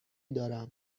دارم